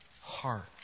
heart